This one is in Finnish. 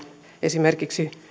esimerkiksi